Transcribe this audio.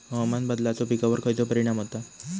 हवामान बदलाचो पिकावर खयचो परिणाम होता?